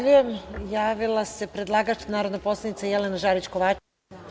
Javila se predlagač, narodna poslanica Jelena Žarić Kovačević.